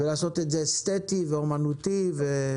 ולעשות את זה אסתטי ואומנותי וכו'.